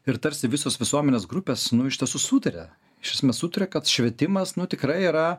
ir tarsi visos visuomenės grupės nu iš tiesų sutaria iš esmės sutaria kad švietimas nu tikra yra